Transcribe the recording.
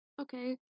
okay